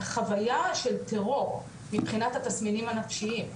חוויה של טרור, מבחינת התסמינים הנפשיים.